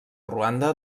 ruanda